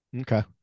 Okay